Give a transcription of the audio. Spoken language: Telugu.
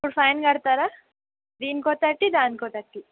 ఇప్పుడు ఫైన్ కడతారా దీనికో థర్టీ దానికో థర్టీ